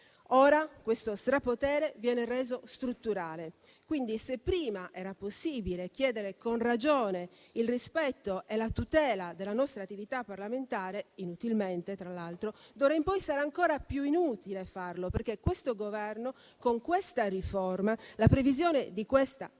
Ora questo strapotere viene reso strutturale. Quindi, se prima era possibile chiedere con ragione il rispetto e la tutela della nostra attività parlamentare - inutilmente, tra l'altro - d'ora in poi sarà ancora più inutile farlo, perché questo Governo, con siffatta riforma, sta addirittura